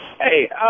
Hey